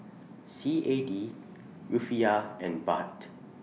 C A D Rufiyaa and Baht